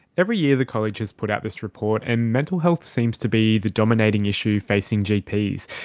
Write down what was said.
every year the college has put out this report, and mental health seems to be the dominating issue facing gps.